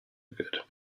good